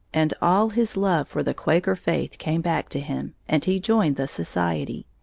and all his love for the quaker faith came back to him, and he joined the society.